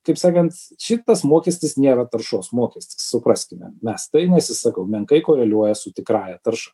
taip sakant šitas mokestis nėra taršos mokestis supraskime mes tai nes jis sakau menkai koreliuoja su tikrąja tarša